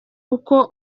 uko